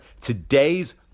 today's